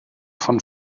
von